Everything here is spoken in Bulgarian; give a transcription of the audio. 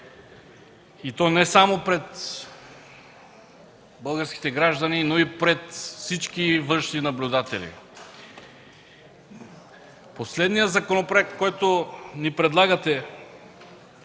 и то не само пред българските граждани – пред всички външни наблюдатели! Последният законопроект, който ни предлагате,